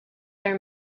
their